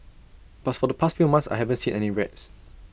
but for the past few months I haven't seen any rats